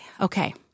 Okay